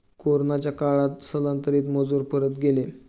कोरोनाच्या काळात स्थलांतरित मजूर परत गेले